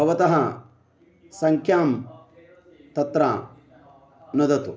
भवतः सङ्ख्यां तत्र नुदतु